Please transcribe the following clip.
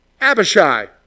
Abishai